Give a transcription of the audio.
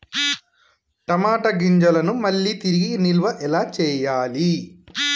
టమాట గింజలను మళ్ళీ తిరిగి నిల్వ ఎలా చేయాలి?